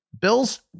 Bills